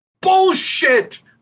Bullshit